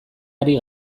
ari